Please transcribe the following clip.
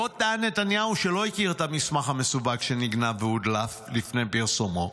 עוד טען נתניהו שלא הכיר את המסמך המסווג שנגנב והודלף לפני פרסומו.